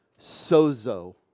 sozo